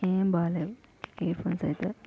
ఎం బాగలేవు earphones అయితే